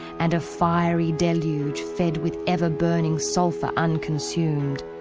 and a fiery deluge, fed with ever-burning sulphur unconsumed.